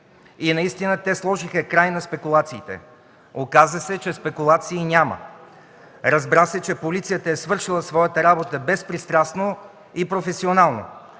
И наистина те сложиха край на спекулациите. Оказа се, че спекулации няма. Разбра се, че полицията е свършила своята работа безпристрастно и професионално,